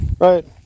right